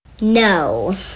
no